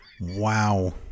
wow